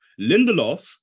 Lindelof